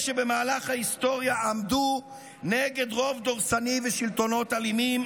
שבמהלך ההיסטוריה עמדו נגד רוב דורסני ושלטונות אלימים,